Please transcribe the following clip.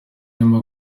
irimo